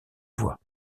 voies